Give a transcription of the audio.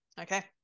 Okay